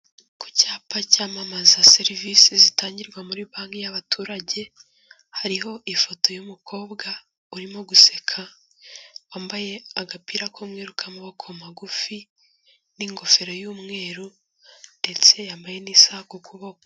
Ku cyapa cyamamaza serivisi zitangirwa muri banki y'abaturage, hariho ifoto y'umukobwa urimo guseka, wambaye agapira k'umweru k'amaboko magufi n'ingofero y'umweru ndetse yambaye n'isaha ku kuboko.